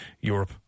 Europe